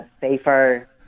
safer